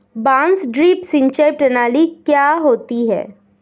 बांस ड्रिप सिंचाई प्रणाली क्या होती है?